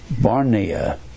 Barnea